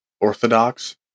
Orthodox